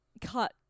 cut